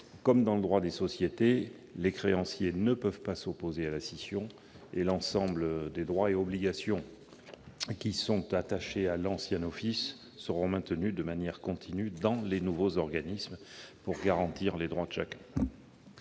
comme en droit des sociétés, les créanciers ne peuvent s'opposer à la scission et l'ensemble des droits et obligations attachés à l'ancien office sera maintenu de manière continue dans les nouveaux organismes pour garantir les droits de chacun.